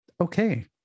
Okay